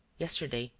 yesterday,